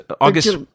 August